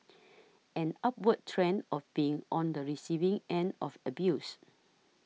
an upward trend of being on the receiving end of abuse